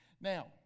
Now